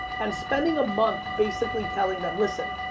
and spending a month basically telling them, listen,